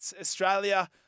Australia